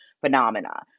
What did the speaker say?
phenomena